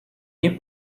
nie